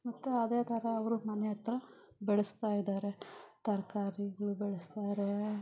ಮತ್ತು ಅದೇ ಥರ ಅವರು ಮನೆ ಹತ್ರ ಬೆಳೆಸ್ತಾಯಿದ್ದಾರೆ ತರ್ಕಾರಿಗಳು ಬೆಳೆಸ್ತಾರೆ